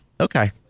Okay